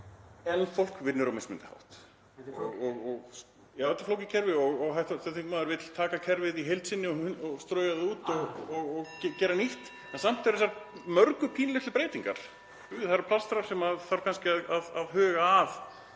en fólk vinnur á mismunandi hátt. Já, þetta er flókið kerfi og hv. þingmaður vill taka kerfið í heild sinni og strauja það út og gera nýtt. (Forseti hringir.) En samt eru þessar mörgu pínulitlar breytingar. Það eru plástrar sem þarf kannski að huga að